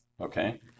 okay